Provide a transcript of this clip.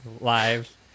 live